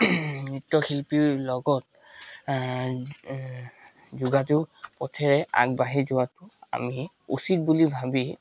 নৃত্যশিল্পীৰ লগত যোগাযোগ পঠিয়াই আগবাঢ়ি যোৱাটো আমি উচিত বুলি ভাবি